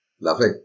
Lovely